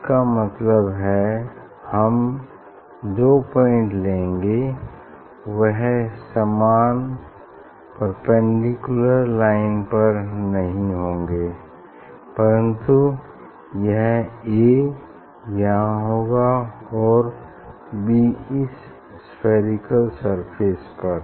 इसका मतलब हैं हम जो पॉइंट लेंगे वह समान परपेंडिकुलर लाइन पर नहीं होंगे परन्तु यह ए यहाँ होगा और बी इस स्फेरिकल सरफेस पर